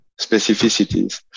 specificities